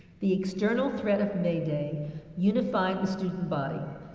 the external threat of may day unified the student body.